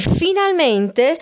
finalmente